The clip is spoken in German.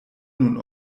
nun